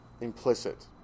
implicit